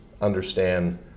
understand